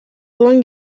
duen